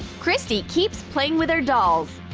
christy keeps playing with her dolls.